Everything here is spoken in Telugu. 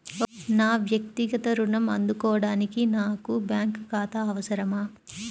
నా వక్తిగత ఋణం అందుకోడానికి నాకు బ్యాంక్ ఖాతా అవసరమా?